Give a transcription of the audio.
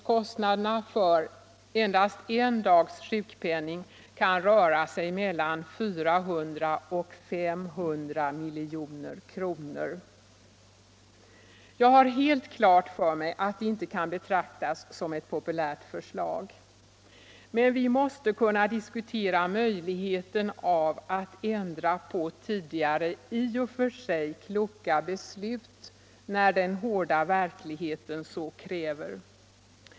Kostnaderna för endast en dags sjukpenning kan röra sig om mellan 400 och 500 milj.kr. Jag har helt klart för mig att det inte kan betraktas som ett populärt förslag. Men vi måste kunna diskutera möjligheten av att ändra på tidigare i och för sig kloka beslut när den hårda verkligheten så kräver.